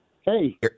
Hey